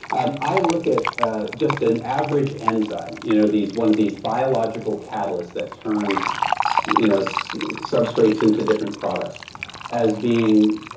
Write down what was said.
and i look at just an average enzyme. you know one of these biological catalyst that turns you know so substrates into different products as being